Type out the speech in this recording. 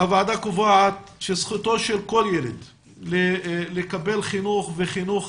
הוועדה קובעת שזכותו של כל ילד לקבל חינוך וחינוך